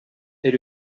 est